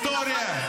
סליחה,